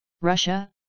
Russia